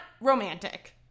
romantic